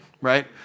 right